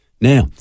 Now